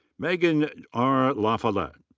megan r. lafollette.